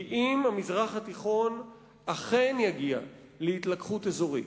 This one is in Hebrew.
כי אם המזרח התיכון אכן יגיע להתלקחות אזורית,